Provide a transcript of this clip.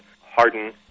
harden